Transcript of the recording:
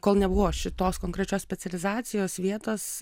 kol nebuvo šitos konkrečios specializacijos vietos